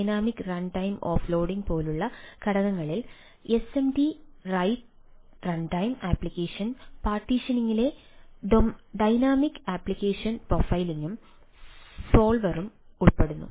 dynamic runtime offloading പോലുള്ള ഘടകങ്ങളിൽ SMD right runtime application പാർട്ടീഷനിംഗിലെ ഡൈനാമിക് ആപ്ലിക്കേഷൻ പ്രൊഫൈലിംഗും സോൾവറും ഉൾപ്പെടുന്നു